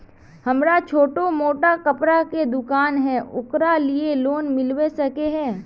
हमरा छोटो मोटा कपड़ा के दुकान है ओकरा लिए लोन मिलबे सके है?